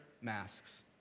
masks